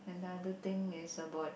another thing is about